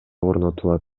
орнотулат